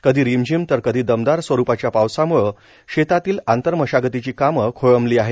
कधी रिमझिम तर कधी दमदार स्वरुपाच्या पावसाम्ळे शेतातील आंतरमशागतीची कामे खोळंबली आहे